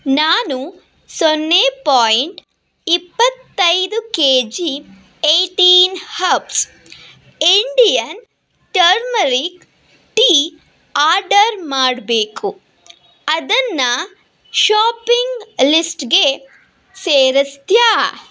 ನಾನು ಸೊನ್ನೆ ಪಾಯಿಂಟ್ ಇಪ್ಪತೈದು K G eighteen herbs Indian turmeric tea order ಮಾಡಬೇಕು ಅದನ್ನು ಶಾಪಿಂಗ್ ಲಿಸ್ಟ್ಗೆ ಸೇರಿಸ್ತೀಯಾ